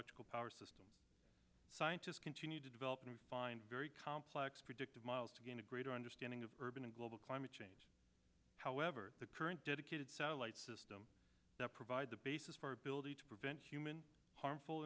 electrical power systems scientists continue to develop and find very complex predictive models to gain a greater understanding of urban and global climate change however the current dedicated satellite system that provides a basis for ability to prevent human harmful